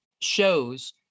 shows